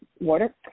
Water